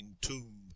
tomb